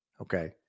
Okay